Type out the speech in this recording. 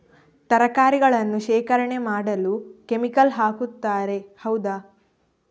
ತರಕಾರಿಗಳನ್ನು ಶೇಖರಣೆ ಮಾಡಲು ಕೆಮಿಕಲ್ ಹಾಕುತಾರೆ ಹೌದ?